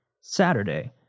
Saturday